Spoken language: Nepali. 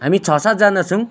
हामी छ सातजना छौँ